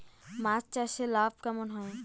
মাছ চাষে লাভ কেমন হয়?